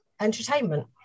entertainment